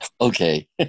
okay